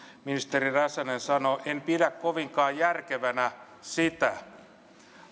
ministeri räsänen sanoi en pidä kovinkaan järkevänä sitä